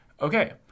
Okay